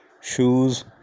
shoes